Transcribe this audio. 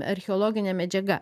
archeologinė medžiaga